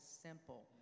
simple